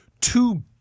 two